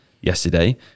yesterday